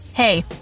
Hey